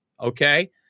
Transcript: okay